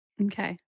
Okay